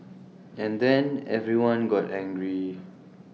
and then everyone got angry